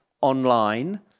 online